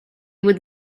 would